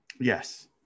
Yes